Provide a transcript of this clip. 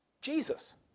Jesus